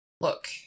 look